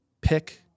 Pick